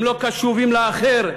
הם לא קשובים לאחר,